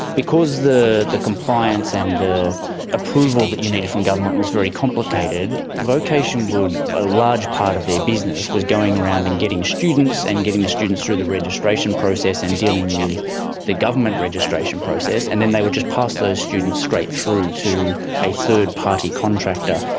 because the the compliance and the approval that you needed from government was very complicated, vocation would, a large part of their business was going around and getting students and getting the students through the registration process and dealing with the government registration process. and then they would just pass those students straight through to a third-party contractor.